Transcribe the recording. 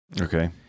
Okay